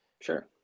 Sure